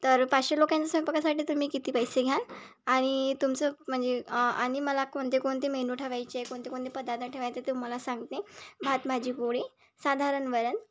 तर पाचशे लोकांच्या स्वयंपाकासाठी तुम्ही किती पैसे घ्याल आणि तुमचं म्हणजे आ आणि मला कोणते कोणते मेनू ठेवायचे कोणते कोणते पदार्थ ठेवायचे ते तुम्हाला सांगते भात भाजी पोळी साधारण वरण